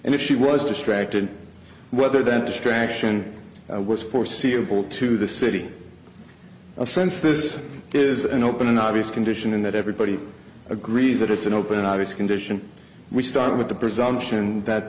and if she was distracted whether that distraction was foreseeable to the city a sense this is an open obvious condition in that everybody agrees that it's an open obvious condition we start with the presumption that